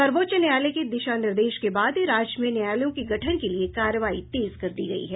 सर्वोच्च न्यायालय के दिशा निर्देश के बाद राज्य में न्यायालयों की गठन के लिए कार्रवाई तेज कर दी गयी है